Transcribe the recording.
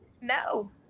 No